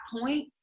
point